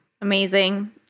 Amazing